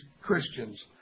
Christians